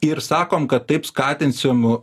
ir sakom kad taip skatinsim